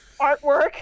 artwork